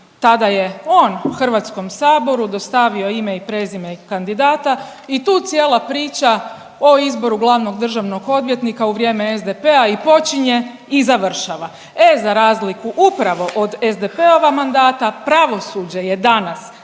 tada je on u HS-u dostavio ime i prezime kandidata i tu cijela priča o izboru glavnog državnog odvjetnika u vrijeme SDP-a i počinje i završava. E za razliku upravo od SDP-ova mandata, pravosuđe je danas